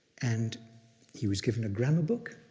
and he was given a grammar book,